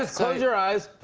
ah close your eyes,